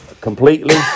completely